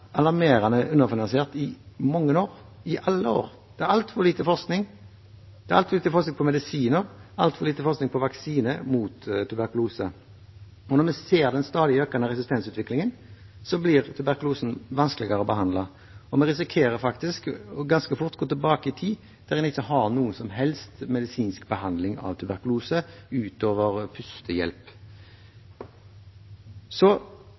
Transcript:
alarmerende underfinansiert i mange år, i alle år. Det er altfor lite forskning. Det er altfor lite forskning på medisiner og vaksiner mot tuberkulose. Med den stadig økende resistensutviklingen vi ser, blir tuberkulosen vanskeligere å behandle. Vi risikerer faktisk ganske fort å gå tilbake i tid, der en ikke hadde noen som helst medisinsk behandling av tuberkulose utover pustehjelp.